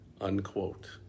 unquote